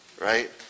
right